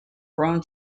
grown